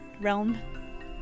realm